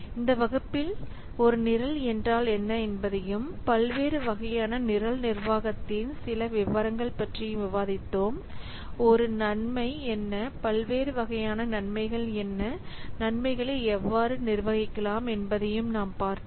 இந்த வகுப்பில் ஒரு நிரல் என்றால் என்ன என்பதையும் பல்வேறு வகையான நிரல் நிர்வாகத்தின் சில விவரங்கள் பற்றியும் விவாதித்தோம் ஒரு நன்மை என்ன பல்வேறு வகையான நன்மைகள் என்ன நன்மைகளை எவ்வாறு நிர்வகிக்கலாம் என்பதையும் நாம் பார்த்தோம்